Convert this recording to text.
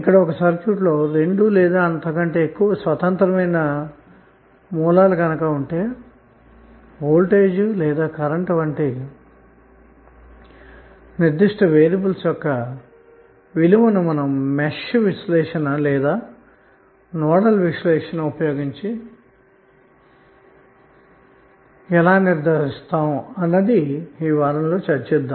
ఒక సర్క్యూట్లో 2 లేదా అంతకంటే ఎక్కువ స్వతంత్ర మైన సోర్సెస్ ఉంటే వోల్టేజ్ మరియు కరెంట్ వంటి నిర్దిష్ట వేరియబుల్స్ విలువలను మెష్ విశ్లేషణ లేదా నోడల్ విశ్లేషణ ఉపయోగించి కనుగొనవచ్చు అని మనం గతంలో తెలుసుకున్నాము